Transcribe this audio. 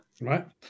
Right